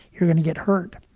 you're going to get hurt.